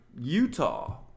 Utah